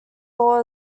law